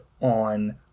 on